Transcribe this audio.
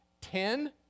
Ten